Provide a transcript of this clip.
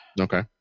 Okay